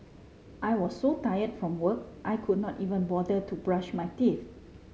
I was so tired from work I could not even bother to brush my teeth